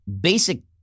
basic